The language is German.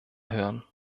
hören